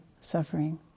suffering